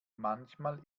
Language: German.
manchmal